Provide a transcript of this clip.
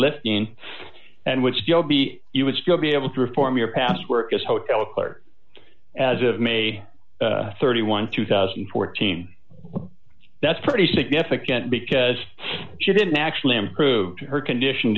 live in and would still be you would still be able to reform your past work as hotel clerk as of may thirty one two thousand and fourteen that's pretty significant because she didn't actually improve her condition